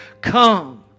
come